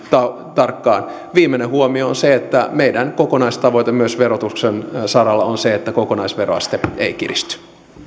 tarkkaan viimeinen huomio on se että meidän kokonaistavoitteemme myös verotuksen saralla on se että kokonaisveroaste ei kiristy